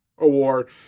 award